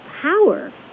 power